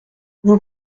vous